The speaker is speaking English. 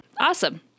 Awesome